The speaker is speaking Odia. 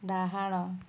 ଡାହାଣ